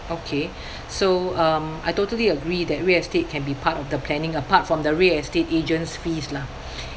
okay so um I totally agree that real estate can be part of the planning apart from the real estate agent's fees lah